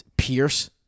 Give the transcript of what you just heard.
Pierce